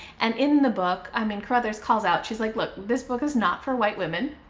and in the book, i mean, carruthers calls out she's like, look, this book is not for white women.